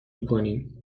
میکنیم